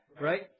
right